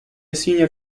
senior